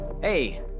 Hey